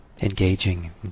engaging